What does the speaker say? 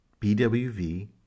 BWV